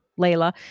Layla